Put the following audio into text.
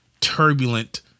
turbulent